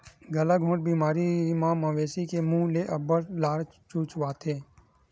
गलाघोंट बेमारी म मवेशी के मूह ले अब्बड़ लार चुचवाथे